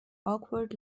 awkward